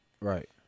Right